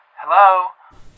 Hello